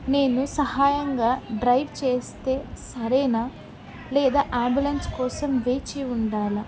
నేను సహాయంగా డ్రైవ్ చేస్తే సరేనా లేదా అంబులెన్స్ కోసం వేచి ఉండాలి